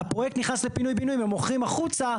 הפרויקט נכנס לפינוי בינוי והם מוכרים החוצה,